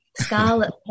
scarlet